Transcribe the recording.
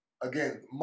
again